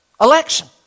Election